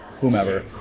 whomever